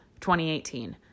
2018